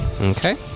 Okay